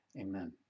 amen